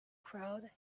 crowd